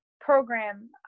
program